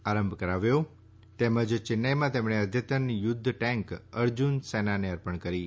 આરંભ કરાવ્યો તેમજ ચેન્નાઈમાં તેમણે અદ્યતન યુદ્ધ ટેંક અર્જન સેનાને અર્પણ કરી હતી